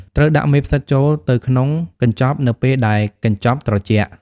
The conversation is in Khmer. ត្រូវដាក់មេផ្សិតចូលទៅក្នុងកញ្ចប់នៅពេលដែលកញ្ចប់ត្រជាក់។